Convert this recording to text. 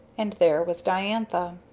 and there was diantha.